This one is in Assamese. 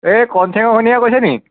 এই কনচেঙৰ ঘৈণীয়েকে কৈছে নেকি